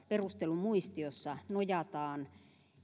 perustelumuistiossa nojataan